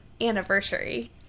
anniversary